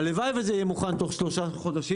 הלוואי וזה יהיה מוכן תוך שלושה חודשים.